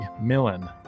Millen